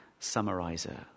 summarizer